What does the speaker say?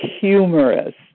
humorous